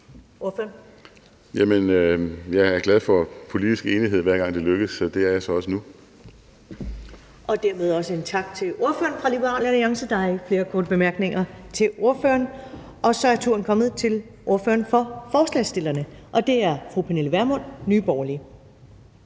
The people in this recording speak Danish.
Jeg er glad for politisk enighed, hver gang det lykkes, så det er jeg så også nu. Kl. 15:00 Første næstformand (Karen Ellemann): Dermed også en tak til ordføreren fra Liberal Alliance. Der er ikke flere korte bemærkninger til ordføreren. Så er turen kommet til ordføreren for forslagsstillerne, og det er fru Pernille Vermund, Nye Borgerlige.